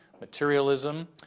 materialism